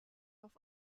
auf